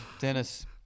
Dennis